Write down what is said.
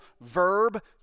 verb